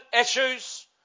issues